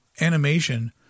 animation